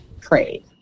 trade